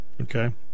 Okay